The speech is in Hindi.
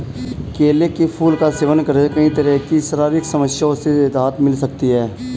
केले के फूल का सेवन करके कई तरह की शारीरिक समस्याओं से राहत मिल सकती है